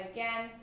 Again